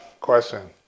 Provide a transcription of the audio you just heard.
Question